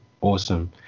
awesome